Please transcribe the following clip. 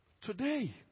Today